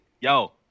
Yo